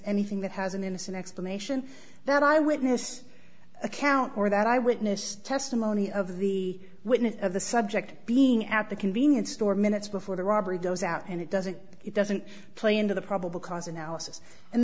anything that has an innocent explanation that eye witness account or that eye witness testimony of the witness of the subject being at the convenience store minutes before the robbery goes out and it doesn't it doesn't play into the probable cause analysis and